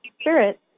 spirit